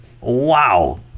Wow